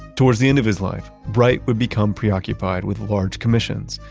towards the end of his life, wright would become preoccupied with large commissions,